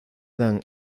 dan